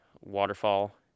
waterfall